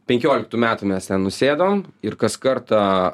penkioliktų metų mes ten nusėdom ir kas kartą